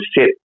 sit